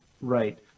Right